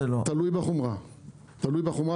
תלוי בחומרת העבירה.